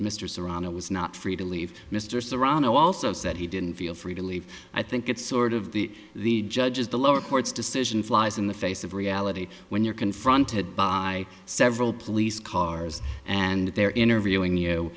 serrano was not free to leave mr serrano also said he didn't feel free to leave i think it's sort of the the judge's the lower court's decision flies in the face of reality when you're confronted by several police cars and they're interviewing you